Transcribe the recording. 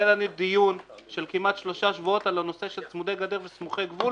היה לנו דיון של כמעט שלושה שבועות על הנושא של צמודי גדר וסמוכי גבול